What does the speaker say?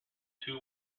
two